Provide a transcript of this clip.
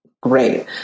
Great